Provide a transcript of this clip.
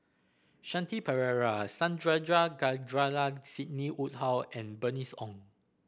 Shanti Pereira Sandrasegaran Sidney Woodhull and Bernice Ong